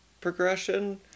progression